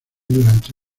durante